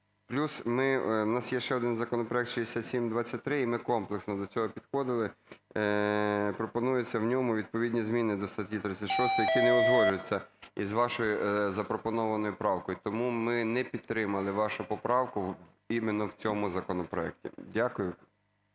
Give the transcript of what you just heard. Плюс ми… у нас є ще один законопроект 6723, і ми комплексно до цього підходили, пропонується в ньому відповідні зміни до статті 36, які не узгоджуються із вашою запропонованою правкою. Тому ми не підтримали вашу поправку іменно в цьому законопроекті. Дякую.